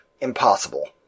impossible